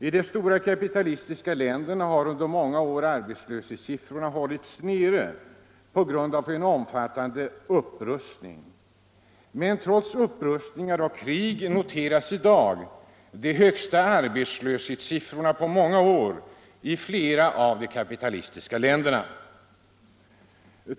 I de stora kapitalistiska länderna har under många år arbetslöshetssiffrorna hållits nere på grund av en omfattande upprustning. Men trots upprustningar och krig noteras i dag de högsta arbetslöshetssiffrorna på många år i flera av de kapitalistiska staterna.